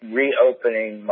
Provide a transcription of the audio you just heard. reopening